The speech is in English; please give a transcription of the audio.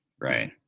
Right